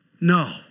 No